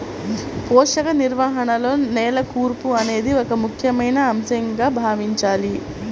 పోషక నిర్వహణలో నేల కూర్పు అనేది ఒక ముఖ్యమైన అంశంగా భావించాలి